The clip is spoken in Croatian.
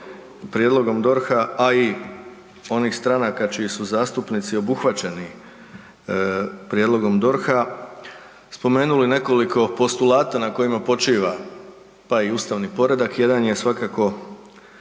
prijedlogom DORH-a, a i onih stranaka čiji su zastupnici obuhvaćeni prijedlogom DORH-a spomenuli nekoliko postulata na kojima počiva pa i ustavni poredak. Jedan je svakako